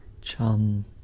Chum